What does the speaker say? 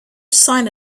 sign